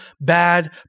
bad